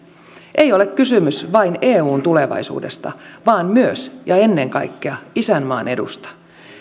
ei ole kysymys vain eun tulevaisuudesta vaan myös ja ennen kaikkea isänmaan edusta